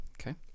Okay